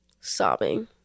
sobbing